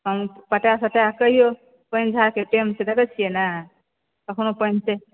हम पटय सटयके क़हियौ पानि झारक टाइम छियै देख़ै छियै ने कखनौ पानि चलि